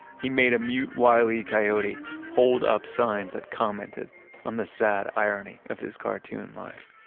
he made a mute wily coyote hold up signs at commented on the sad irony of his cartoon life.